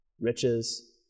riches